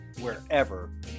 wherever